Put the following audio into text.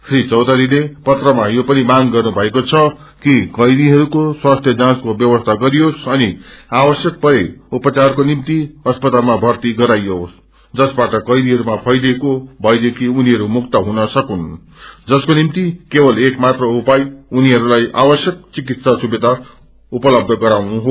श्री चौषरीले पत्रमा यो पनि मांग गर्नुथकरो छ कि कैदीहरूको स्वास्थि जाँच्को व्यवसी गरियोस अनि आवश्यक रहे उपचारको निम्ति अस्पतालामाभर्ती गराइयोस जसबाट कैदीहरूमा फैलिएको भयदेखि नीहरू कुक्त हुन सकून् जसको निम्ति केवल एक मात्र उपाय उनीहरूलाई आवश्क चिकित्सा सुविधा उपलबष गराउनु हो